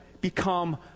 become